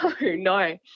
no